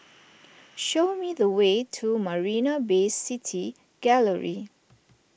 show me the way to Marina Bay City Gallery